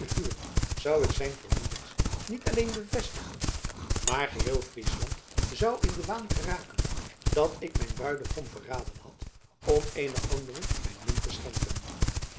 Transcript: zou ik zijn vermoedens niet alleen bevestigen maar geheel friesland zou in den waan geraken dat ik mijn bruidegom verraden had om eenen anderen mijn min te schenken